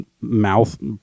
mouth